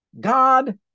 God